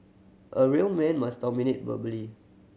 a real man must dominate verbally